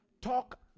Talk